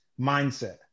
mindset